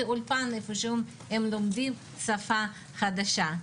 זה האולפן איפה שהם לומדים שפה חדשה.